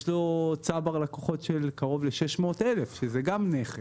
יש לו צבר לקוחות של קרוב ל-600,000, שגם זה נכס.